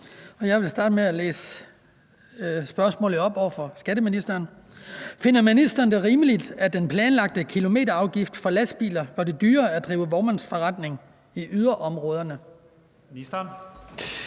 Jeg vil starte med at læse spørgsmålet op for skatteministeren. Finder ministeren det rimeligt, at den planlagte kilometerafgift for lastbiler gør det dyrere at drive vognmandsforretning i yderområderne? Kl.